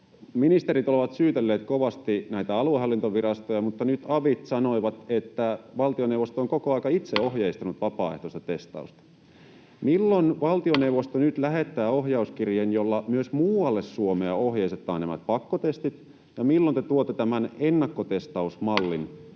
Ministerit ovat syytelleet kovasti näitä aluehallintovirastoja, mutta nyt avit sanoivat, että valtioneuvosto on koko aika itse ohjeistanut vapaaehtoista testausta. Milloin valtioneuvosto nyt lähettää ohjauskirjeen, jolla myös muualle Suomeen ohjeistetaan nämä pakkotestit, ja milloin te tuotte tämän ennakkotestausmallin?